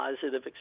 positive